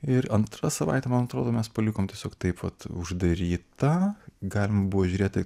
ir antrą savaitę man atrodo mes palikom tiesiog taip vat uždarytą galima buvo žiūrėti